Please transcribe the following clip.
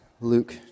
Luke